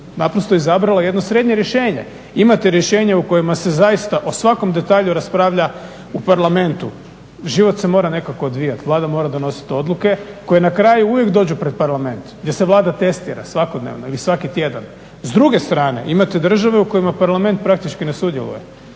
naprosto izabrala jedno srednje rješenje. imate rješenje u kojima se zaista o svakom detalju raspravlja u parlamentu. Život se mora nekako odvijati. Vlada mora donositi odluke koje na kraju uvijek dođu pred parlament gdje se Vlada testira svakodnevno ili svaki tjedan. S druge strane imate države u kojima parlament praktički ne sudjeluje.